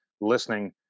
listening